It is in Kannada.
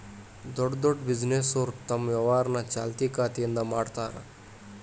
ದೊಡ್ಡ್ ದೊಡ್ಡ್ ಬಿಸಿನೆಸ್ನೋರು ತಮ್ ವ್ಯವಹಾರನ ಚಾಲ್ತಿ ಖಾತೆಯಿಂದ ಮಾಡ್ತಾರಾ